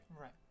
Right